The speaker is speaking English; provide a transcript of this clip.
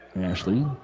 Ashley